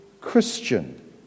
Christian